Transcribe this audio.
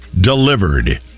delivered